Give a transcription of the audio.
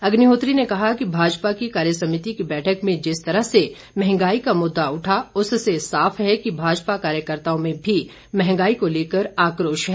अग्निहोत्री ने कहा कि भाजपा की कार्यसमिति की बैठक में जिस तरह से मंहगाई का मुद्दा उठा उससे साफ है कि भाजपा कार्यकर्ताओं में भी मंहगाई को लेकर आकोश है